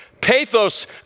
Pathos